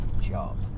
job